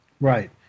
Right